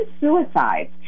suicides